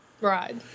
Right